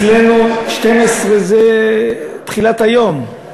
אצלנו שתים-עשרה זה תחילת היום.